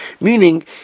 Meaning